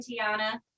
Tiana